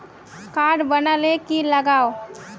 Card बना ले की लगाव?